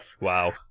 Wow